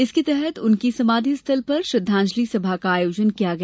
इसके तहत उनके समाधिस्थल पर श्रद्वांजलि सभा का आयोजन किया गया